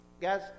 guys